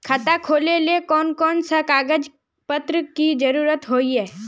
खाता खोलेले कौन कौन सा कागज पत्र की जरूरत होते?